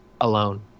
alone